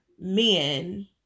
men